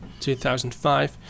2005